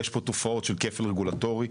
יש פה תופעות של כפל רגולטורי,